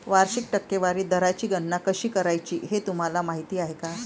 वार्षिक टक्केवारी दराची गणना कशी करायची हे तुम्हाला माहिती आहे का?